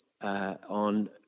on